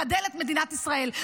מחדלת את מדינת ישראל.